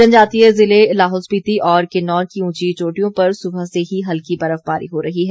जनजातीय जिले लाहौल स्पिति और किन्नौर की ऊंची चोटियों पर सुबह से ही हल्की बर्फबारी हो रही है